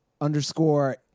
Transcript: underscore